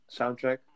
soundtrack